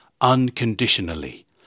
unconditionally